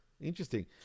Interesting